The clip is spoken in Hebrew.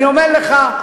אני אומר לך,